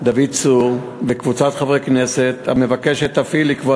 דוד צור וקבוצת חברי הכנסת המבקשת אף היא לקבוע